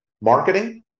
marketing